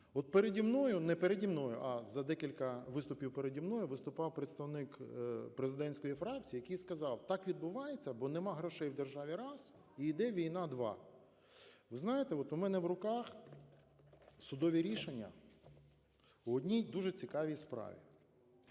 От переді мною, не переді мною, а за декілька виступів переді мною виступав представник президентської фракції, який сказав: "Так відбувається, бо немає грошей в державі – раз, і йде війна – два". Ви знаєте, от у мене в руках судові рішення по одній дуже цікавій справі.